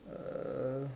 uh